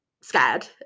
scared